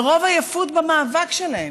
מרוב עייפות במאבק שלהם,